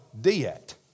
diet